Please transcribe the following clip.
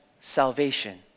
salvation